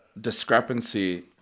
discrepancy